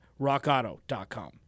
Rockauto.com